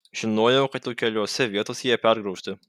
žinojau kad jau keliose vietose jie pergraužti